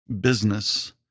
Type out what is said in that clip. business